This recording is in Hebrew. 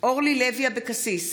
אורלי לוי אבקסיס,